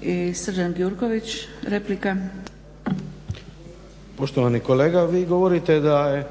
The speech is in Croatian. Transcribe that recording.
**Gjurković, Srđan (HNS)** Poštovani kolega, vi govorite da je